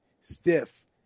Stiff